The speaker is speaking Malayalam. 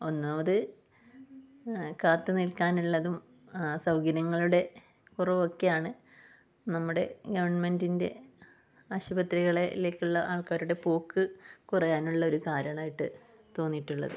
ഒന്നാമത് കാത്തു നിൽക്കാനുള്ളതും സൗകര്യങ്ങളുടെ കുറവുമൊക്കെയാണ് നമ്മുടെ ഗവൺമെന്റിൻ്റെ ആശുപത്രികളിലേക്കുള്ള ആൾക്കാരുടെ പോക്ക് കുറയാനുള്ള ഒരു കാരണമായിട്ട് തോന്നിയിട്ടുള്ളത്